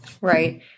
Right